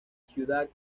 ciudad